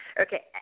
okay